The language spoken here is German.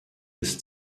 ist